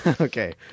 Okay